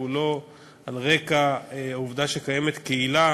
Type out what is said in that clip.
כולו על רקע העובדה שקיימת קהילה